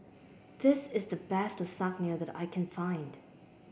this is the best Lasagne that I can find